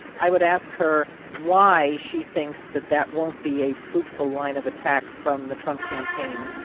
i would ask her why she thinks that that won't be a fruitful line of attack from the trump campaign.